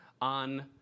on